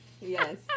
Yes